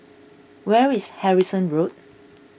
where is Harrison Road